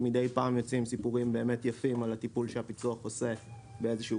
שמדי פעם יוצאים סיפורים באמת יפים על הטיפול שהפיצו"ח עושה באיזשהו